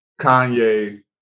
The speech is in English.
Kanye